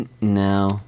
No